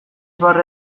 barre